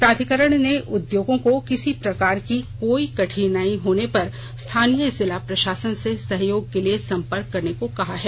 प्राधिकरण ने उद्योगों को किसी प्रकार की कोई कठिनाई होने पर स्थानीय जिला प्रशासन से सहयोग के लिए संपर्क करने को कहा गया है